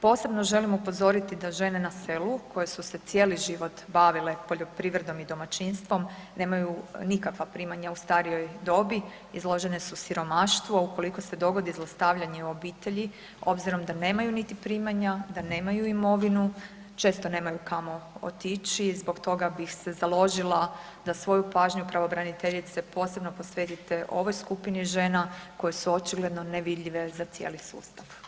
Posebno želim upozoriti da žene na selu koje su se cijeli život bavile poljoprivredom i domaćinstvom, nemaju nikakva primanja u starijoj dobi, izložene su siromaštvu a ukoliko se dogodi zlostavljanje u obitelji, obzirom da nemaju niti primanja, da nemaju imovinu, često nemaju kamo otići, zbog toga bih se založila da svoju pravobraniteljice, posebno posvetite ovoj skupini žena koje su očigledno nevidljive za cijeli sustav.